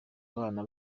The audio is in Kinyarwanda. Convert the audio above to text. abana